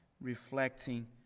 reflecting